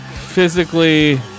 physically